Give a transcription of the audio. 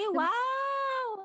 wow